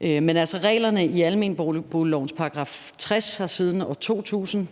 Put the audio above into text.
Men reglerne i almenboliglovens § 60 har siden år 2000